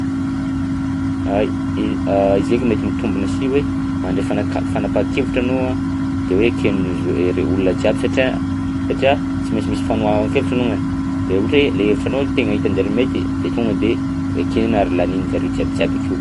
Ay, izy izy eky mety mitombina si hoe mandray fanaka- fanampahan-kevitra anao a de hoe eken'zao ire- olona jiaby satria satria sy mainsy misy fanohanan-kevitra alongany de ohatra hoe ilay hevitranao tegna hitan-jareo mety de tonga de ho ekena ary lanian-jareo jiaby jiaby akeo.